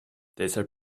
deshalb